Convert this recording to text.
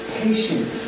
patient